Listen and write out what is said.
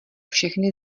všechny